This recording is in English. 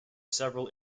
several